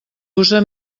use